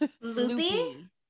loopy